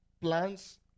plans